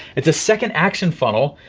it's a second action funnel.